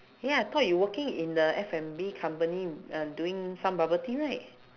ya I thought you working in the F&B company uh doing some bubble tea right